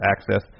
access